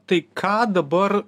tai ką dabar